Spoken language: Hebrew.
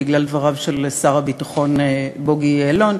בגלל דבריו של שר הביטחון בוגי יעלון,